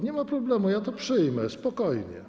Nie ma problemu, ja to przyjmę, spokojnie.